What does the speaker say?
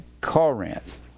Corinth